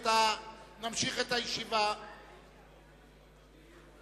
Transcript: באולם שמבקש להצביע ולא